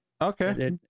Okay